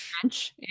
French